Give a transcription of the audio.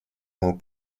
ему